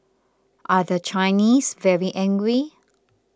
are the Chinese very angry